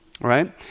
right